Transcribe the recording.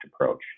approach